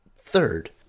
Third